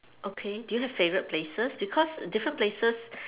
okay do you have favourite places because different places